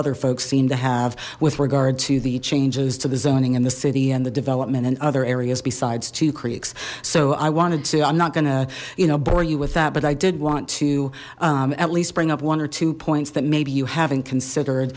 other folks seem to have with regard to the changes to the zoning and the city and the development and other areas besides two creeks so i wanted to i'm not going to you know bore you with that but i did want to at least bring up one or two points that maybe you haven't considered